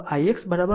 આમ આ એક શોધો